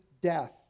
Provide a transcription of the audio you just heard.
death